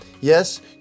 Yes